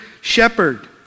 shepherd